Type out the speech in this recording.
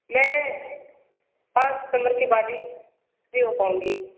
मैं पाँच सितंबर के बाद ही फ़्री हो पाऊँगी